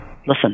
Listen